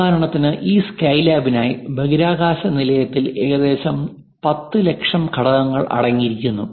ഉദാഹരണത്തിന് ഈ സ്കൈലാബിനായി ബഹിരാകാശ നിലയത്തിൽ ഏകദേശം 10 ലക്ഷം ഘടകങ്ങൾ അടങ്ങിയിരിക്കുന്നു